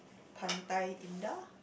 Pantai-Indah